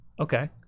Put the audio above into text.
Okay